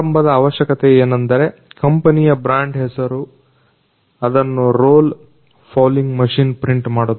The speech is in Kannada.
ಪ್ರಾರಂಭದ ಅವಶ್ಯಕತೆ ಏನೆಂದರೆ ಕಂಪನಿಯ ಬ್ರಾಂಡ್ ಹೆಸರು ಅದನ್ನ ರೋಲ್ ಫೌಲಿಂಗ್ ಮಷೀನ್ ಪ್ರಿಂಟ್ ಮಾಡುತ್ತದೆ